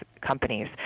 companies